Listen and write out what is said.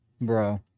Bro